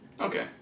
Okay